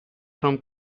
from